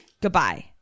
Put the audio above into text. Goodbye